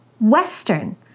Western